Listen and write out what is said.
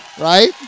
Right